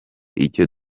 icyo